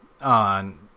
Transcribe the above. on